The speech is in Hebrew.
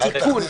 לתיקון.